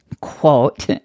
quote